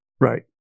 Right